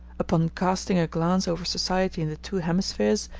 upon casting a glance over society in the two hemispheres,